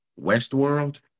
Westworld